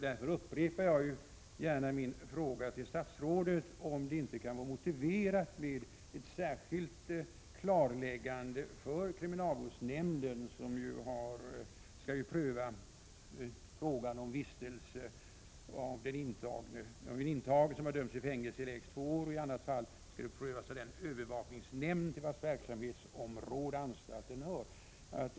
Jag upprepar därför gärna min fråga till statsrådet, om det inte kan vara motiverat med ett särskilt klarläggande för kriminalvårdsnämnden, som ju skall pröva frågan om vistelse för en intagen som dömts till fängelse i lägst två år. I annat fall skall vistelsen prövas av den övervakningsnämnd till vars verksamhetsområde anstalten hör.